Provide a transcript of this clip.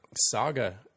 Saga